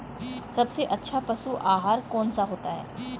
सबसे अच्छा पशु आहार कौन सा होता है?